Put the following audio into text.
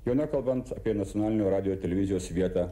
jau nekalbant apie nacionalinio radijo ir televizijos vietą